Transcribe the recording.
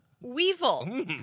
weevil